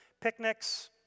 picnics